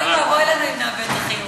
אוי ואבוי לנו אם נאבד את החיוך.